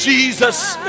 Jesus